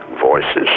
Voices